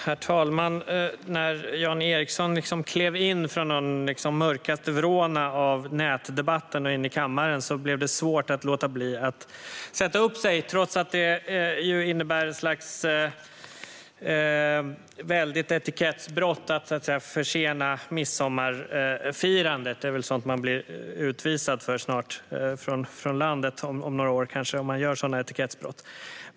Herr talman! När Jan Ericson klev in i kammaren från de mörkaste vrårna av nätdebatten blev det svårt att låta bli att sätta upp sig på talarlistan, trots att det innebär ett stort etikettsbrott att försena midsommarfirandet. Det är väl sådant man snart blir utvisad från landet för, om några år.